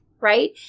right